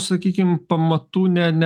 sakykim pamatų ne ne nepa